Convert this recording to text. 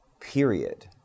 period